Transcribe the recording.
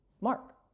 Mark